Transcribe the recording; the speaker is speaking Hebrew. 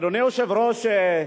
אדוני היושב-ראש,